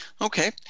Okay